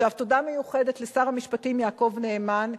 תודה מיוחדת לשר המשפטים יעקב נאמן,